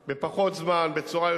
אבל מצד שני אני אומר שבמדינות